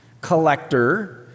collector